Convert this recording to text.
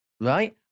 Right